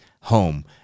home